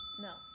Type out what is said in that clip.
No